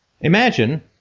Imagine